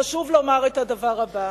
חשוב לומר את הדבר הבא: